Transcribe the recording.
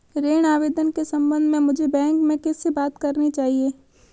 ऋण आवेदन के संबंध में मुझे बैंक में किससे बात करनी चाहिए?